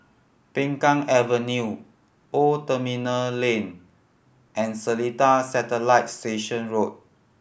Peng Kang Avenue Old Terminal Lane and Seletar Satellite Station Road